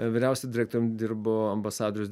vyriausiojiu direktorium dirbo ambasadorius